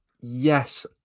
Yes